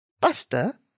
Buster